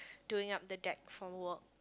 doing up the deck for work